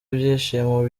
ibyishimo